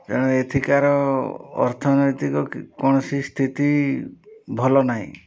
ତେଣୁ ଏଠିକାର ଅର୍ଥନୈତିକ କୌଣସି ସ୍ଥିତି ଭଲ ନାହିଁ